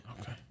Okay